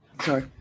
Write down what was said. Sorry